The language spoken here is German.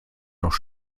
noch